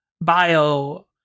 bio